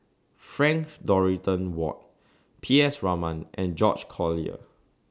Frank Dorrington Ward P S Raman and George Collyer